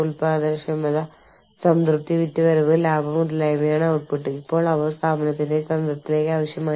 പ്രദേശവാസികൾ അഭിമുഖീകരിക്കുന്ന വെല്ലുവിളികളെ മനസ്സിലാക്കാനും അഭിനന്ദിക്കാനും അവർക്ക് കോർപ്പറേറ്റ് ആസ്ഥാനം ആവശ്യമാണ്